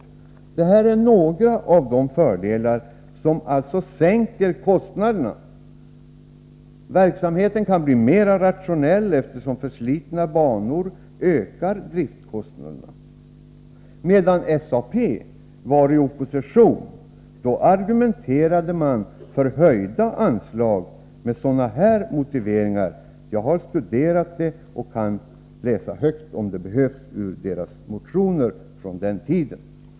Detta är några av de fördelar som alltså sänker kostnaderna. Verksamheten kan bli mer rationell, eftersom förslitna banor ökar driftskostnaderna. Medan SAP var i opposition argumenterade man för höjda anslag med sådana här motiveringar. Jag har studerat det och kan läsa högt, om det behövs, ur socialdemokraternas motioner från den tiden.